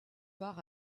part